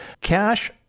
cash